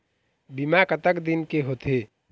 बीमा कतक दिन के होते?